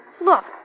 Look